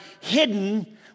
hidden